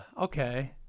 okay